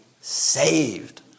saved